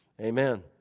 Amen